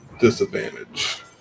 disadvantage